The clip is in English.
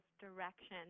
direction